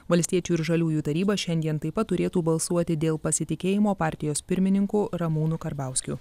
valstiečių ir žaliųjų taryba šiandien taip pat turėtų balsuoti dėl pasitikėjimo partijos pirmininku ramūnu karbauskiu